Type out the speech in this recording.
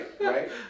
right